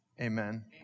amen